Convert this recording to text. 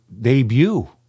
debut